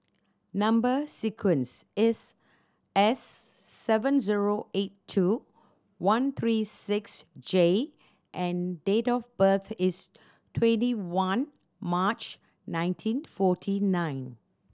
number sequence is S seven zero eight two one three six J and date of birth is twenty one March nineteen forty nine